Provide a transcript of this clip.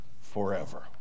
forever